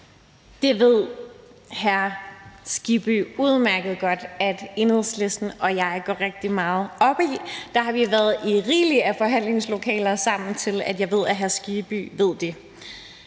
Hans Kristian Skibby udmærket godt at Enhedslisten og jeg går rigtig meget op i. Der har vi været sammen i rigeligt med forhandlingslokaler til, at jeg ved, at Hans Kristian Skibby ved det.